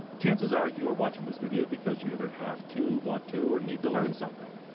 chances are you are watching this video because you either have to, want to, or need to learn something.